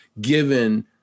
given